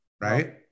Right